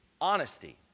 Honesty